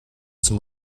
zum